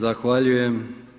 Zahvaljujem.